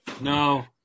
no